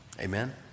Amen